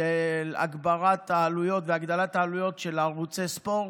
של הגדלת העלויות של ערוצי ספורט.